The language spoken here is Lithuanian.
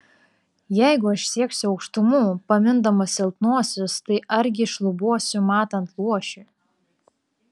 jeigu aš sieksiu aukštumų pamindamas silpnuosius tai argi šlubuosiu matant luošiui